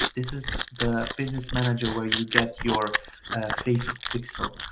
this is the business manager where you get your facebook pixel.